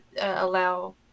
allow